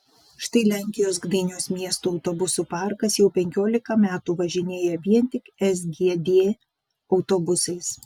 štai lenkijos gdynios miesto autobusų parkas jau penkiolika metų važinėja vien tik sgd autobusais